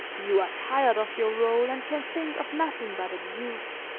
you are tired of your role and can think of nothing but abuse.